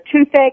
toothache